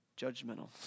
judgmental